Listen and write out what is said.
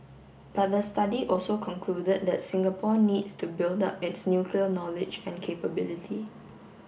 but the study also concluded that Singapore needs to build up its nuclear knowledge and capability